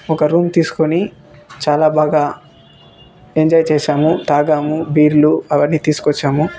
ఒక రూమ్ తీసుకుని చాలా బాగా ఎంజాయ్ చేసాము తాగాము బీర్లు అవన్నీ తీసుకొచ్చాము